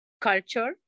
culture